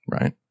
right